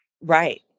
Right